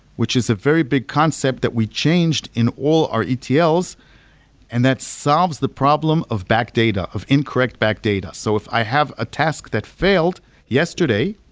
which is a very big concept that we changed in all our etls. and that solves the problem of back data, of incorrect back data. so if i have a task that failed yesterday,